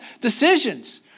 decisions